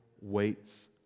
waits